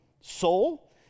Soul